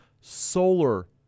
solar